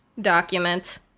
document